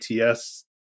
ATS